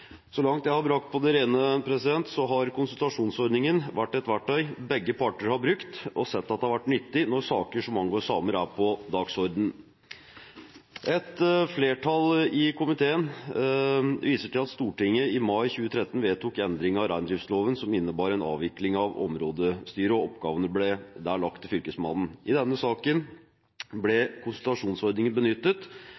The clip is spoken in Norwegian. Så langt jeg har brakt på det rene, har konsultasjonsordningen vært et verktøy begge parter har brukt og sett har vært nyttig når saker som angår samer, er på dagsordenen. Et flertall i komiteen viser til at Stortinget i mai 2013 vedtok en endring av reindriftsloven som innebar en avvikling av områdestyrene, og oppgavene ble lagt til Fylkesmannen. I denne saken ble